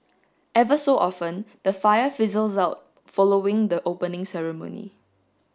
ever so often the fire fizzles out following the opening ceremony